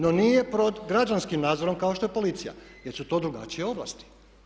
No nije pod građanskim nadzorom kao što je policija jer su to drugačije ovlasti.